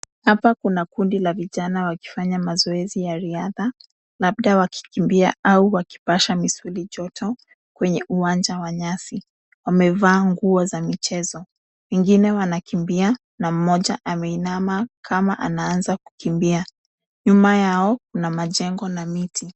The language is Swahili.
Hapa kuna kundi la vijana wakifanya mazoezi ya riadha. Labda wakikimbia au wakipasha misuli joto kwenye uwanja wa nyasi. Wamevaa nguo za michezo. Wengine wanakimbia na mmoja ameinama kama anaanza kukimbia. Nyuma yao kuna majengo na miti.